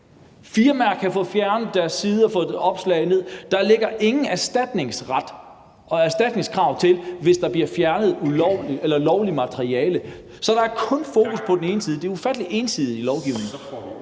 Firmaer kan få fjernet deres sider og få taget opslag af. Der ligger ingen erstatningsret og erstatningskrav, hvis der bliver fjernet lovligt materiale. Så der er kun fokus på den ene side; det er en ufattelig ensidig lovgivning.